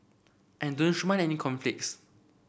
I any conflicts